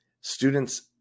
students